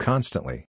Constantly